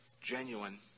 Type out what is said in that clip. genuine